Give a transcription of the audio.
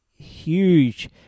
huge